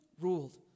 ruled